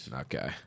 Okay